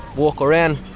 walk around.